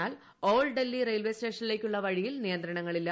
എന്നാൽ old Delhi railway സ്റ്റേഷനിലേക്കുള്ള വഴിയിൽ നിയന്ത്രണങ്ങളില്ല